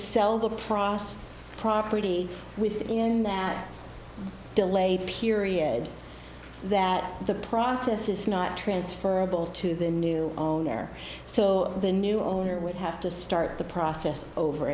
sell the process property within that delayed period that the process is not transferable to the new owner so the new owner would have to start the process over